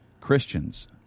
Christians